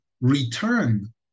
return